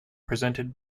presented